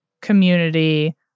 community